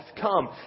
Come